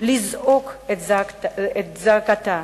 לזעוק את זעקתה,